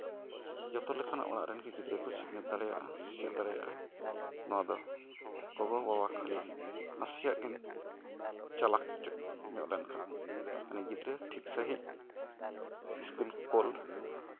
ᱡᱚᱛᱚ ᱞᱮᱠᱟᱱᱟᱜ ᱚᱲᱟᱜ ᱨᱮᱱᱜᱮ ᱜᱤᱫᱽᱨᱟᱹ ᱠᱚ ᱥᱤᱠᱷᱱᱟᱹᱛ ᱫᱟᱲᱮᱭᱟᱜᱼᱟ ᱥᱮᱪᱮᱫ ᱫᱟᱲᱮᱭᱟᱜᱼᱟ ᱱᱚᱣᱟᱫᱚ ᱜᱚᱜᱚᱼᱵᱟᱵᱟ ᱠᱷᱟᱹᱞᱤ ᱱᱟᱥᱮᱭᱟᱜ ᱠᱤᱱ ᱪᱟᱞᱟᱜ ᱧᱚᱜ ᱞᱮᱱᱠᱷᱟᱱ ᱢᱟᱱᱮ ᱜᱤᱫᱽᱨᱟᱹ ᱴᱷᱤᱠ ᱥᱟᱺᱦᱤᱡ ᱤᱥᱠᱩᱞ ᱠᱳᱞ